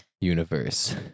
universe